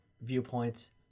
viewpoints